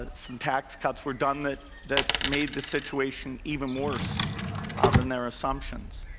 and some tax cuts were done that that made the situation even worse than their assumptions.